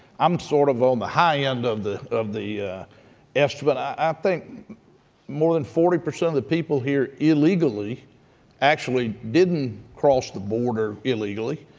i'm sort of on the high end of the of the estimate. i think more than forty percent of the people here illegally actually didn't cross the border illegally.